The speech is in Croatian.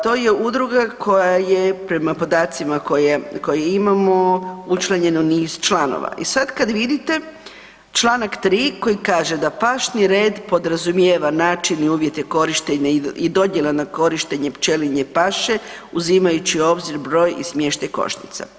To je udruga koja je prema podacima koje imamo, učlanjeno niz članova i sad kad vidite, čl. 3 koji kaže da pašni red podrazumijeva način i uvjete korištenja i dodjele nad korištenjem pčelinje paše, uzimajući u obzir broj i smještaj košnica.